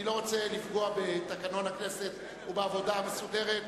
אני לא רוצה לפגוע בתקנון הכנסת ובעבודה המסודרת.